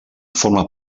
forma